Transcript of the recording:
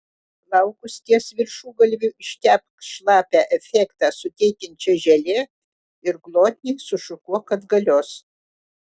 plaukus ties viršugalviu ištepk šlapią efektą suteikiančia želė ir glotniai sušukuok atgalios